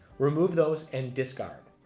remove those and discard.